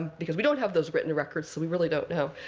because we don't have those written records. so we really don't know.